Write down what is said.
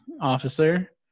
officer